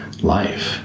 life